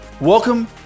Welcome